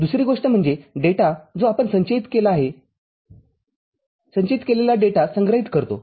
दुसरी गोष्ट म्हणजे डेटा जो आपण संचयित केलेला डेटा संग्रहित करतो